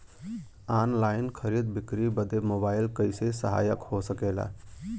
Online खरीद बिक्री बदे मोबाइल कइसे सहायक हो सकेला?